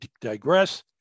digress